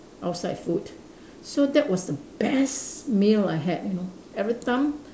outside food so that was the best meal I had you know everytime